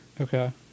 Okay